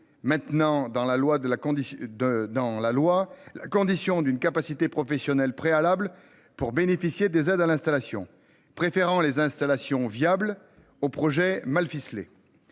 de dans la loi la condition d'une capacité professionnelle préalables pour bénéficier des aides à l'installation, préférant les installations viable au projet mal ficelé.